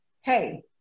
hey